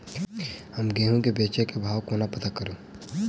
हम गेंहूँ केँ बेचै केँ भाव कोना पत्ता करू?